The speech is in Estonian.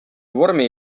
vormi